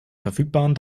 verfügbaren